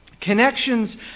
Connections